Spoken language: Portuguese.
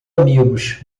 amigos